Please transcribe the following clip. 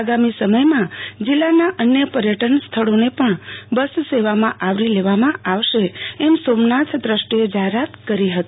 આગામી સમયમાં જિલ્લાના અન્ય પર્યટન સ્થળોને બસ સેવામાં આવરી લેવાશે એમ સોમનાથ ટ્રસ્ટ એ જાહેરાત કરી હતી